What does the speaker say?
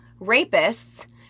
rapists